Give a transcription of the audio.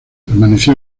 permaneció